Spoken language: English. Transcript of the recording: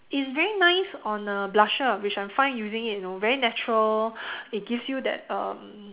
it's very nice on a blusher which I'm fine using it you know very natural it gives you that um